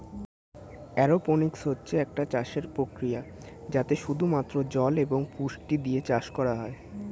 aeroponics হচ্ছে একটা চাষের প্রক্রিয়া যাতে শুধু মাত্র জল এবং পুষ্টি দিয়ে চাষ করা হয়